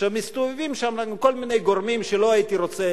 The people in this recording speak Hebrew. שמסתובבים שם כל מיני גורמים שלא הייתי רוצה